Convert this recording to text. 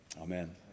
Amen